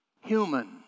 Human